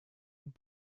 und